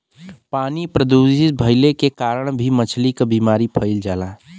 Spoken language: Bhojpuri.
पानी प्रदूषित भइले के कारण भी मछली क बीमारी फइल जाला